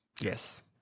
Yes